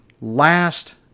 last